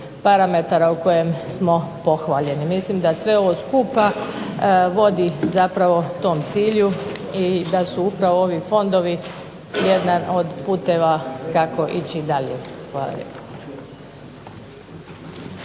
parametara u kojem smo pohvaljeni. Mislim da sve ovo skupa vodi zapravo tom cilju i da su upravo ovi fondovi jedan od puteva kako ići dalje. Hvala